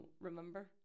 remember